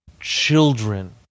Children